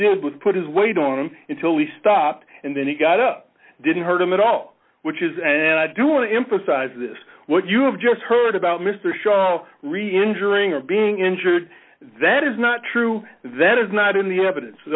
did was put his weight on him till he stopped and then he got up didn't hurt him at all which is and i do want to emphasize this what you have just heard about mr show reinjuring or being injured that is not true that is not in the evidence